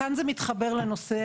כאן זה מתחבר לנושא.